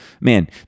Man